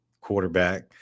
quarterback